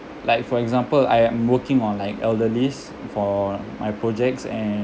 like for example I am working on like elderlies for my projects and